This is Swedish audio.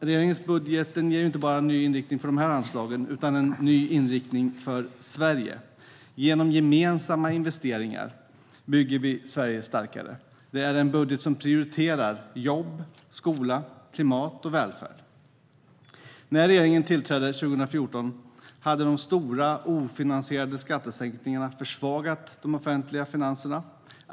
Regeringens budget ger inte bara en ny inriktning för dessa anslag utan också en ny inriktning för Sverige. Genom gemensamma investeringar bygger vi Sverige starkare. Det är en budget som prioriterar jobb, skola, klimat och välfärd. När regeringen tillträdde 2014 hade de stora ofinansierade skattesänkningarna försvagat de offentliga finanserna.